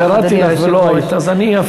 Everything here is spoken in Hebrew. אני קראתי לך ולא היית.